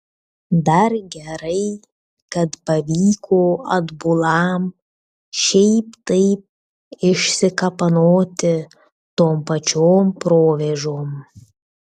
dar gerai kad pavyko atbulam šiaip taip išsikapanoti tom pačiom provėžom